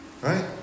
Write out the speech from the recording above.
right